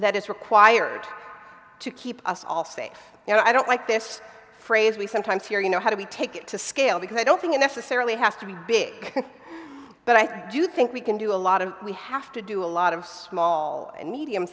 that is required to keep us all safe and i don't like this phrase we sometimes hear you know how do we take it to scale because i don't think it necessarily has to be big but i do think we can do a lot of we have to do a lot of small and medium